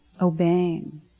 obeying